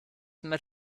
must